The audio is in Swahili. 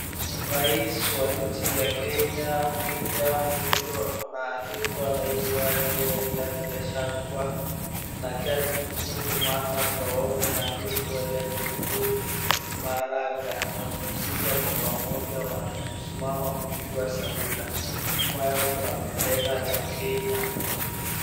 Rais wa nchi ya Kenya, William Ruto na naibu wake Rigathi Gashagua na jaji mkuu Martha Koome na aliyekua jaji mkuu Maraga, wamekuja kwa pamoja, wamesimama kupigwa sawiri. Nyuma yao kuna bendera ya Kenya.